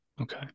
Okay